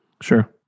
Sure